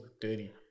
dirty